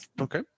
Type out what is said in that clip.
Okay